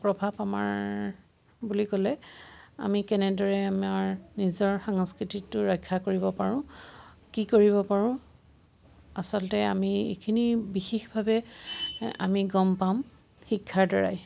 প্ৰভাৱ আমাৰ বুলি ক'লে আমি কেনেদৰে আমাৰ নিজৰ সাংস্কৃতিটো ৰক্ষা কৰিব পাৰো কি কৰিব পাৰো আচলতে আমি এইখিনি বিশেষভাৱে আমি গম পাম শিক্ষাৰ দ্বাৰাই